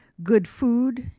good food,